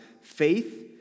Faith